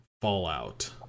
Fallout